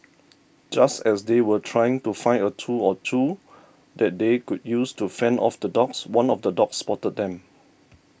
just as they were trying to find a tool or two that they could use to fend off the dogs one of the dogs spotted them